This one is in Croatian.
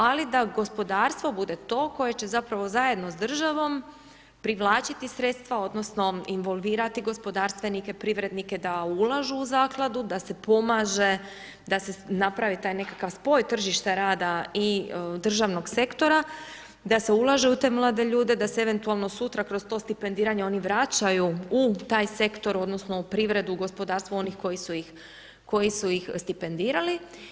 Ali da gospodarstvo bude to, koje će zapravo zajedno s državom privlačiti sredstva odnosno, involvirati gospodarstvenike, privrednike, da ulažu u zakladu, da se pomaže, da se napravi taj nekakav spoj tržišta rada i državnog sektora, da se ulaže u te mlade ljude, da se eventualno sutra, kroz to stipendiranja oni vraćaju u taj sektor, odnosno, u privredu, gospodarstvo onih koji su ih stipendirali.